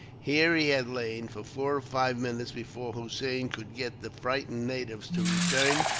here he had lain, for four or five minutes, before hossein could get the frightened natives to return,